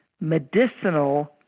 medicinal